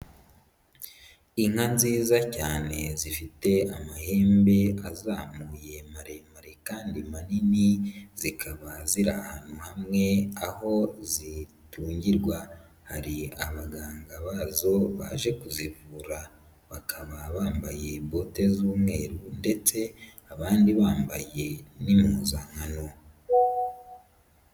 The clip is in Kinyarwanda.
Inka nziza cyane zifite amahembe azamuye maremare kandi manini, zikaba zira ahantu hamwe aho zitungirwa. Hari abaganga bazo baje kuzivura, bakaba bambaye bote z'umweru, ndetse abandi bambaye n'impuzankano.